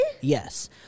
Yes